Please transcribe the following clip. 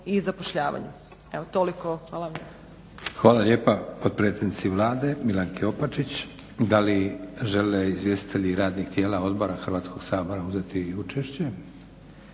Hvala. **Leko, Josip (SDP)** Hvala lijepa potpredsjednici Vlade Milanki Opačić. Da li žele izvjestitelji radnih tijela, odbora Hrvatskog sabora uzeti učešće?